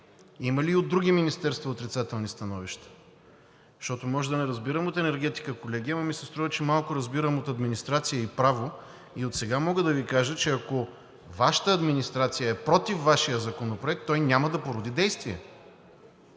Има ли и от други министерства отрицателни становища? Защото може да не разбирам от енергетика, колеги, но ми се струва, че малко разбирам от администрация и право, и отсега мога да Ви кажа, че, ако Вашата администрация е против Вашия законопроект, той няма да породи действия.